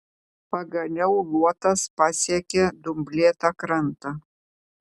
pagaliau luotas pasiekė dumblėtą krantą